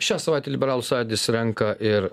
šią savaitę liberalų sąjūdis renka ir